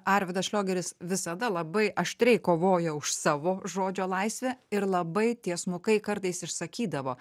arvydas šliogeris visada labai aštriai kovojo už savo žodžio laisvę ir labai tiesmukai kartais išsakydavo